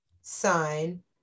sign